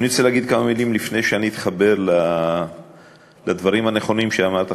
אני רוצה להגיד כמה מילים לפני שאני אתחבר לדברים הנכונים שאמרת,